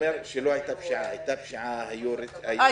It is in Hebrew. הייתה פשיעה, היו רציחות, היה ירי.